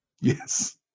Yes